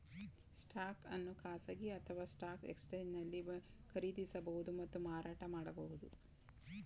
stock ಅನ್ನು ಖಾಸಗಿ ಅಥವಾ ಸ್ಟಾಕ್ ಎಕ್ಸ್ಚೇಂಜ್ನಲ್ಲಿ ಖರೀದಿಸಬಹುದು ಮತ್ತು ಮಾರಾಟ ಮಾಡಬಹುದು